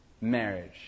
marriage